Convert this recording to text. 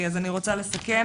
אני רוצה לסכם.